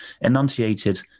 enunciated